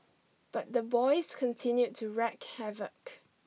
but the boys continued to wreak havoc